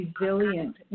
resilient